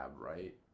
right